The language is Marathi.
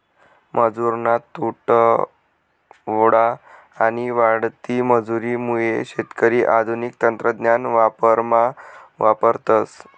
मजुरना तुटवडा आणि वाढती मजुरी मुये शेतकरी आधुनिक तंत्रज्ञान वावरमा वापरतस